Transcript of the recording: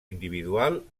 individual